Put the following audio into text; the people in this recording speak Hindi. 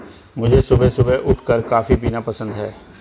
मुझे सुबह सुबह उठ कॉफ़ी पीना पसंद हैं